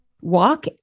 walk